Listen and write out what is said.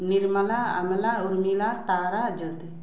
Nirmala Amala Urmila Tara Jyoti